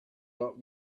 not